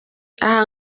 aha